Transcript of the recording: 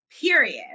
period